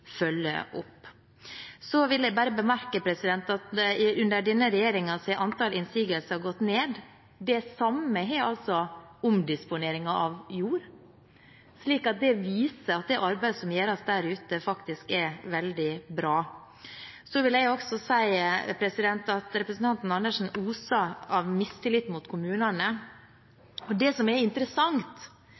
opp. Jeg vil bare bemerke at under denne regjeringen har antall innsigelser gått ned, og det samme har omdisponeringen av jord gjort. Det viser at det arbeidet som gjøres, faktisk er veldig bra. Jeg vil også si at det representanten Andersen sier, oser av mistillit mot kommunene. Det som er interessant,